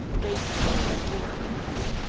they've seen your interview.